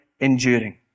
enduring